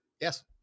Yes